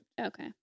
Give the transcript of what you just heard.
Okay